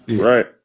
right